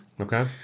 Okay